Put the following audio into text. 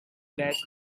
that